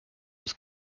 was